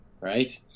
right